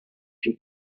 she